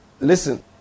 Listen